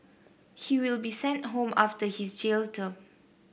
he will be sent home after his jail term